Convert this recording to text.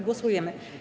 Głosujemy.